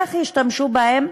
איך ישתמשו בהן,